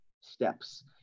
steps